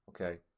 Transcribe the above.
Okay